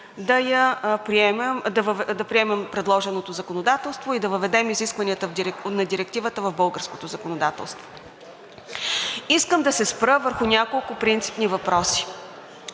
да приемем предложеното законодателство и да въведем изискванията на Директивата в българското законодателство. Искам да се спра върху няколко принципни въпроса.